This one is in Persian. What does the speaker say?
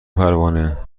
پروانه